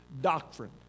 doctrine